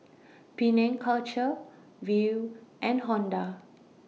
Penang Culture Viu and Honda